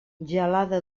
gelada